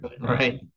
Right